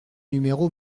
numéro